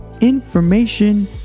information